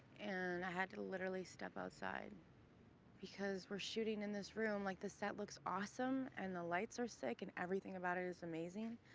and i had to literally step outside because we're shooting in this room like, the set looks awesome and the lights are sick and everything about it is amazing,